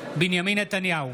בנימין נתניהו,